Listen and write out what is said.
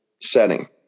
setting